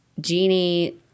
genie